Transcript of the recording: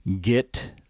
get